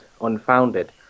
unfounded